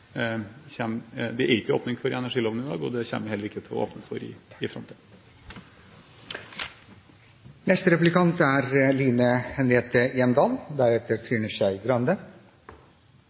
det ikke åpning for i energiloven i dag, og det kommer vi heller ikke til å åpne for i framtiden. I